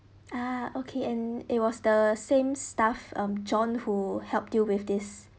ah okay and it was the same staff um john who helped you with this